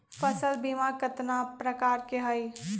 फसल बीमा कतना प्रकार के हई?